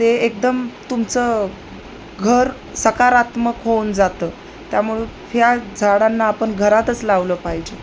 ते एकदम तुमचं घर सकारात्मक होऊन जातं त्यामुळं फि झाडांना आपण घरातच लावलं पाहिजे